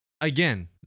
Again